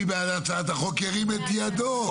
מי בעד החוק, שירים את ידיו?